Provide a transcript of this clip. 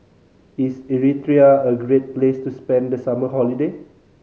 is Eritrea a great place to spend the summer holiday